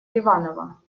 иваново